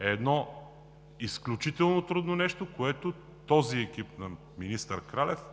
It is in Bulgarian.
едно изключително трудно нещо, което този екип на министър Кралев